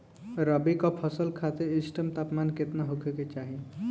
रबी क फसल खातिर इष्टतम तापमान केतना होखे के चाही?